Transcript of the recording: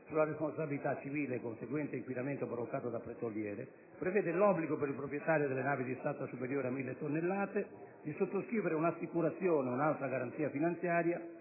sulla responsabilità civile conseguente a inquinamento provocato da petroliere - prevede l'obbligo per il proprietario delle navi di stazza superiore a 1.000 tonnellate di sottoscrivere un'assicurazione o un'altra garanzia finanziaria